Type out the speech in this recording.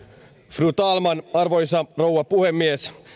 fru talman arvoisa rouva puhemies